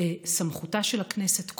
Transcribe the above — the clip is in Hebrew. סמכותה של הכנסת,